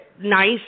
nice